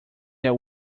that